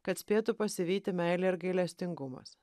kad spėtų pasivyti meilė ir gailestingumas